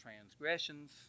transgressions